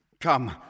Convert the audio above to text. Come